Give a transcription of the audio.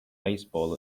baseball